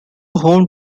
home